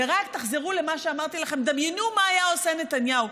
ורק תחזרו למה שאמרתי לכם: דמיינו מה היה עושה נתניהו.